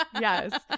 yes